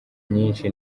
nyinshi